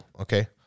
Okay